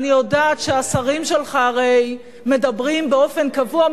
אני יודעת שהשרים שלך הרי מדברים באופן קבוע,